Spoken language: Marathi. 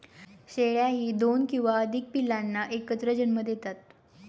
शेळ्याही दोन किंवा अधिक पिल्लांना एकत्र जन्म देतात